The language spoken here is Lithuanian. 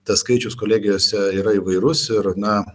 tas skaičius kolegijose yra įvairus ir na